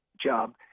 job